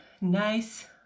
nice